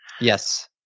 Yes